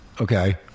Okay